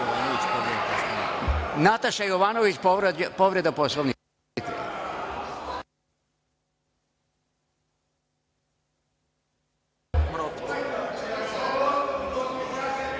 Nataša Jovanović, povreda Poslovnika.